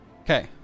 Okay